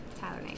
Tyler